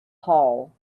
hull